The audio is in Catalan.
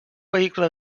vehicle